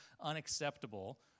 unacceptable